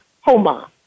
Homa